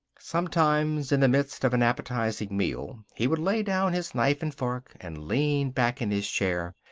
sometimes, in the midst of an appetizing meal he would lay down his knife and fork and lean back in his chair,